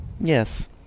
Yes